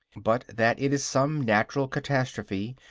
but that it is some natural catastrophe,